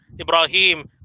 Ibrahim